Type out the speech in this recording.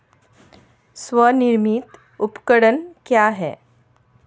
स्वनिर्मित उपकरण क्या है?